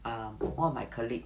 um one of my colleague